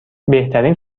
بهترین